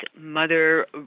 mother